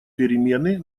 перемены